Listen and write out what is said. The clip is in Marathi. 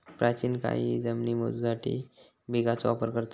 प्राचीन काळीही जमिनी मोजूसाठी बिघाचो वापर करत